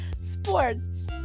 Sports